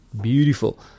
beautiful